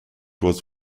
was